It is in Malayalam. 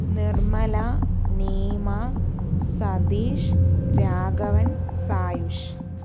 നിർമ്മല നീമ സതീഷ് രാഘവൻ സായുഷ്